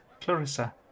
Clarissa